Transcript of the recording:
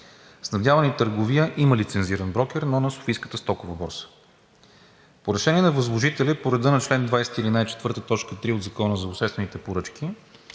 „Снабдяване и търговия“ има лицензиран брокер, но на Софийската стокова борса. По решение на възложителя и по реда на чл. 20, ал. 4, т. 3 от Закона за обществените поръчки